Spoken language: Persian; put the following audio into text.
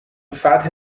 فتح